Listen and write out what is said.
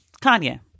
Kanye